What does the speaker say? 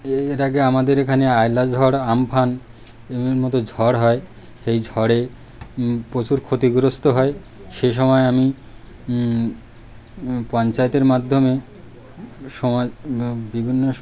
এর আগে আমাদের এখানে আয়লা ঝড় আমফান মতো ঝড় হয় সেই ঝড়ে প্রচুর ক্ষতিগ্রস্ত হয় সেসময় আমি পঞ্চায়েতের মাধ্যমে সমাজ বিভিন্ন